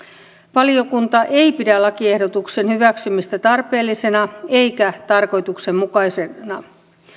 valiokunta ei pidä lakiehdotuksen hyväksymistä tarpeellisena eikä tarkoituksenmukaisena